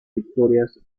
victorias